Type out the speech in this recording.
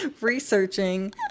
researching